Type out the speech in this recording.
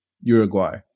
Uruguay